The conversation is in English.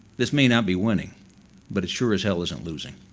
this may not be winning but it sure as hell isn't losing.